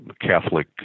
Catholic